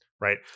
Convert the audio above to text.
right